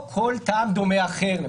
או כל טעם דומה אחר למשל.